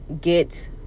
Get